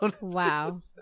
Wow